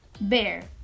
bear